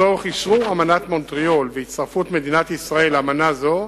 לצורך אשרור אמנת מונטריאול והצטרפות מדינת ישראל לאמנה זו,